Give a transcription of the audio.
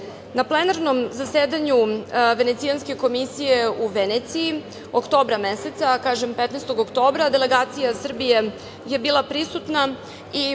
plenarnom zasedanju Venecijanske komisije u Veneciji, oktobra meseca, 15. oktobra, delegacija Srbije je bila prisutna